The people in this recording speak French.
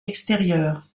extérieures